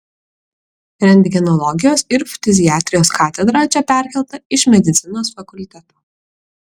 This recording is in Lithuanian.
rentgenologijos ir ftiziatrijos katedra čia perkelta iš medicinos fakulteto